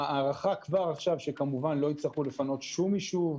ההערכה כבר עכשיו היא שכמובן לא יצטרכו לפנות שום יישוב.